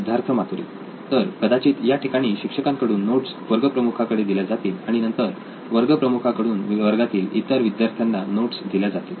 सिद्धार्थ मातुरी तर कदाचित याठिकाणी शिक्षकांकडून नोट्स वर्ग प्रमुखा कडे दिल्या जातील आणि नंतर वर्ग प्रमुखा कडून वर्गातील इतर विद्यार्थ्यांना नोट्स दिल्या जातील